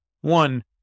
One